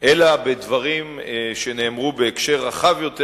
אלא בדברים שנאמרו בהקשר רחב יותר,